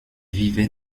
vivait